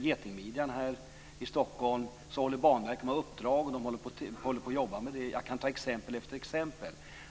getingmidjan här i Stockholm är det någonting som Banverket har i uppdrag och håller på och jobbar med. Jag kan ta exempel efter exempel.